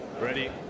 Ready